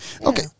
Okay